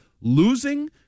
losing